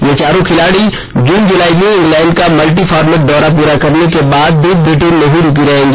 ये चारो खिलाड़ी जुन जुलाई में इंग्लैंड का मल्टी फॉर्मेट दौरा पूरा होने के बाद भी ब्रिटेन में ही रुकी रहेगी